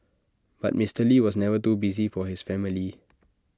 but Mister lee was never too busy for his family